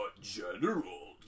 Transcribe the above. general